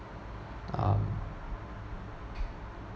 um